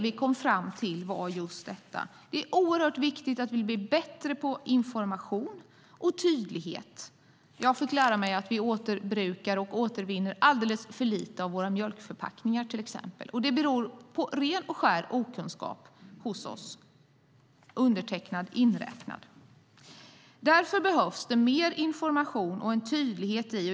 Vi kom fram till att det är oerhört viktigt att vi blir bättre på information och tydlighet. Jag fick lära mig att vi återbrukar och återvinner alldeles för lite av våra mjölkförpackningar till exempel. Det beror på ren och skär okunskap hos oss, undertecknad inräknad. Därför behövs det mer information och tydlighet.